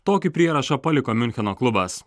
tokį prierašą paliko miuncheno klubas